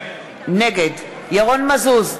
נגד ירון מזוז,